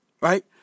right